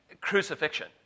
crucifixion